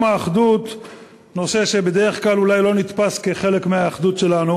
האחדות נושא שבדרך כלל אולי לא נתפס כחלק מהאחדות שלנו,